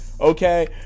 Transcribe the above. okay